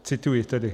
Cituji tedy: